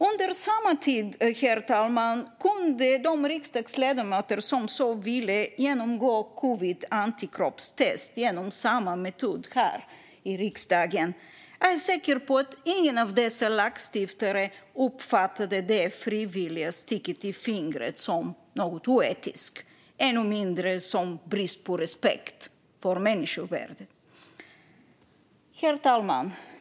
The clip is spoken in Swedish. Under samma tid, herr talman, kunde de riksdagsledamöter som så ville genomgå covidantikroppstest genom samma metod här i riksdagen. Jag är säker på att ingen av dessa lagstiftare uppfattade det frivilliga sticket i fingret som något oetiskt, ännu mindre som brist på respekt för människovärdet. Herr talman!